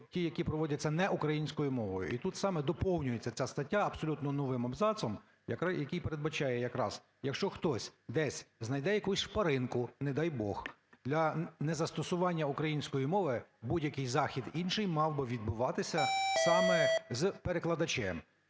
ті, які проводяться не українською мовою. І тут саме доповнюється ця стаття абсолютно новим абзацом, який передбачає якраз, якщо хтось десь знайде якусь шпаринку, не дай Бог, для незастосування української мови, будь-який захід інший мав би відбуватися саме з перекладачем.